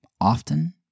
often